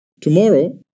Tomorrow